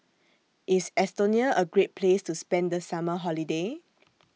IS Estonia A Great Place to spend The Summer Holiday